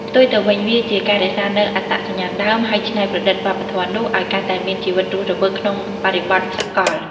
ផ្ទុយទៅវិញ វាជាការរក្សានូវអត្តសញ្ញាណដើម ហើយច្នៃប្រឌិតវប្បធម៌នោះឱ្យកាន់តែមានជីវិតរស់រវើកក្នុងបរិបទសកល។